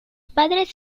padres